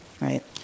right